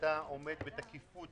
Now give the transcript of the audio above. - שאתה עומד בתקיפות